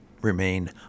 remain